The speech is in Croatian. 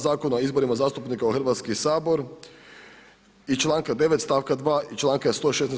Zakona o izborima zastupnika u Hrvatski sabor i članka 9. stavka 2. i članka 116.